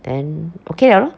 then okay liao lor